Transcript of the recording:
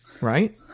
right